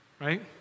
Right